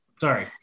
Sorry